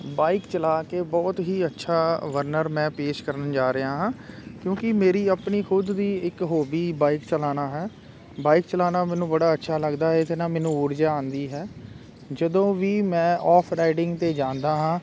bike ਚਲਾ ਕੇ ਬਹੁਤ ਹੀ ਅੱਛਾ ਵਰਨਰ ਮੈਂ ਪੇਸ਼ ਕਰਨ ਜਾ ਰਿਹਾ ਹਾਂ ਕਿਉਂਕਿ ਮੇਰੀ ਆਪਣੀ ਖੁਦ ਦੀ ਇੱਕ ਹੋਬੀ ਬਾਈਕ ਚਲਾਉਣਾ ਹੈ ਬਾਈਕ ਚਲਾਉਣਾ ਮੈਨੂੰ ਬੜਾ ਅੱਛਾ ਲੱਗਦਾ ਇਹਦੇ ਨਾਲ ਮੈਨੂੰ ਊਰਜਾ ਆਉਂਦੀ ਹੈ ਜਦੋਂ ਵੀ ਮੈਂ ਆਫ ਰਾਈਡਿੰਗ 'ਤੇ ਜਾਂਦਾ ਹਾਂ